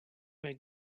where